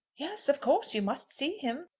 yes of course you must see him.